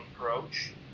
approach